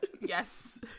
Yes